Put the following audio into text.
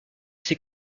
ses